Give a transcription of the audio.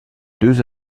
deux